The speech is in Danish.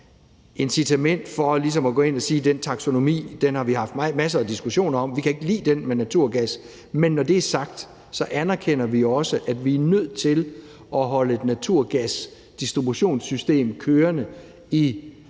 incitament til ligesom at gå ind og sige, at den taksonomi – og den har vi haft masser af diskussioner om – kan vi ikke lide med naturgas, men når det er sagt, anerkender vi også, at vi er nødt til at holde et naturgasdistributionssystem kørende i Tyskland